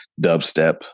dubstep